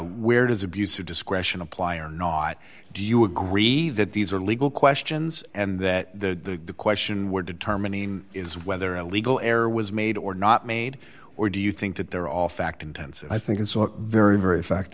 where does abuse of discretion apply or not do you agree that these are legal questions and that the question we're determining is whether a legal error was made or not made or do you think that they're all fact intense i think it's very very fact